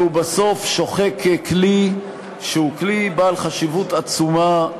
והוא בסוף שוחק כלי שהוא בעל חשיבות עצומה,